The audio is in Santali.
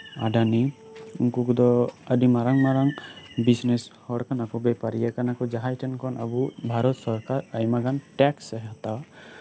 ᱟᱰᱟᱱᱤ ᱩᱱᱠᱩ ᱠᱚᱫᱚ ᱟᱹᱰᱤ ᱢᱟᱨᱟᱝ ᱢᱟᱨᱟᱝ ᱵᱤᱡᱽᱱᱮᱥ ᱦᱚᱲ ᱠᱟᱱᱟ ᱠᱚ ᱵᱮᱯᱟᱨᱤᱭᱟᱹ ᱠᱟᱱᱟ ᱠᱚ ᱡᱟᱦᱟᱸᱭ ᱴᱷᱮᱱ ᱠᱷᱚᱱ ᱟᱵᱚᱨᱮᱱ ᱵᱷᱟᱨᱚᱛ ᱥᱚᱨᱠᱟᱨ ᱟᱭᱢᱟᱜᱟᱱ ᱴᱮᱠᱥ ᱮ ᱦᱟᱛᱟᱣᱟ